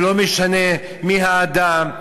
ולא משנה מי האדם,